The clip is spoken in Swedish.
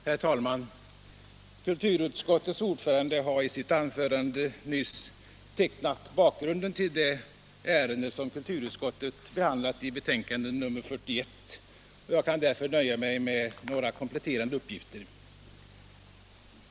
Herr talman! Kulturutskottets ordförande har i sitt anförande nyss tecknat bakgrunden till det ärende som kulturutskottet behandlar i sitt betänkande nr 41. Jag kan därför nöja mig med några kompletterande uppgifter.